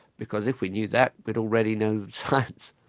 because if we knew that, we'd already know science,